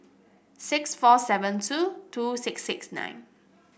six four seven two two six six nine